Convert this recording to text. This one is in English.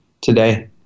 Today